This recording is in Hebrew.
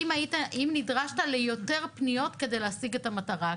אם נדרשת ליותר פניות כדי להשיג את המטרה,